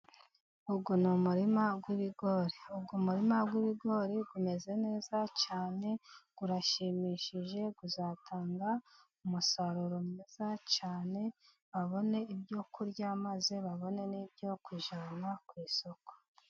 Uyu ni umurima w'ibigori, umurima w'ibigori umeze neza cyane, urashimishije, uzatanga umusaruro mwiza cyane, babone ibyo kurya maze babone n'ibyo kujyana ku isoko.